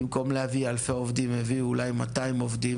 במקום להביא אלפי עובדים הן הביאו אולי 200 עובדים,